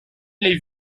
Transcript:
les